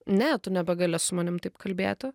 ne tu nebegali su manim taip kalbėti